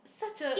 such a